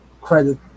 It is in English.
credit